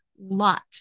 lot